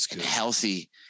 healthy